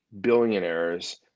billionaires